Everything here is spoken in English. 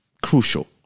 crucial